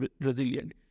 resilient